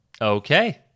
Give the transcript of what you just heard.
Okay